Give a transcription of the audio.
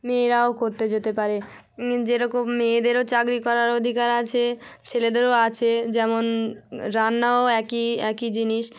মেয়েরাও করতে যেতে পারে যেরকম মেয়েদেরও চাকরি করার অধিকার আছে ছেলেদেরও আছে যেমন রান্নাও একই একই জিনিস